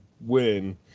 win